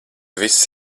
viss